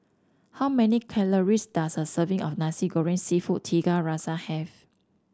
how many calories does a serving of Nasi Goreng seafood Tiga Rasa have